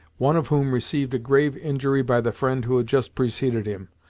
one of whom received a grave injury by the friend who had just preceded him.